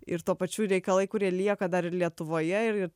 ir tuo pačiu reikalai kurie lieka dar ir lietuvoje ir